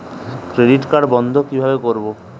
Credit card বন্ধ কিভাবে করবো?